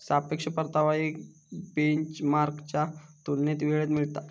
सापेक्ष परतावा एक बेंचमार्कच्या तुलनेत वेळेत मिळता